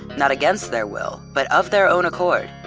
not against their will, but of their own accord.